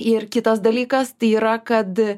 ir kitas dalykas tai yra kad